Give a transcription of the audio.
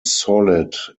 solid